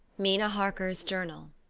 mina harker's journal.